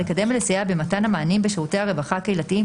לקדם ולסייע במתל המענים בשירותי הרווחה הקהילתיים